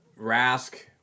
Rask